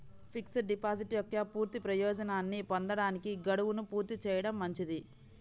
fixed deposit యొక్క పూర్తి ప్రయోజనాన్ని పొందడానికి, గడువును పూర్తి చేయడం మంచిది